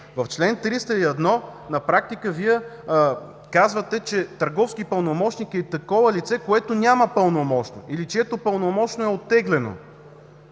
В чл. 301 на практика Вие казвате, че търговски пълномощник е такова лице, което няма пълномощно или пълномощното е оттеглено.